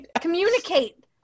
communicate